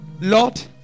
Lord